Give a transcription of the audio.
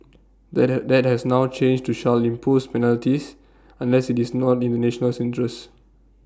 that had that has now changed to shall impose penalties unless IT is not in the national interest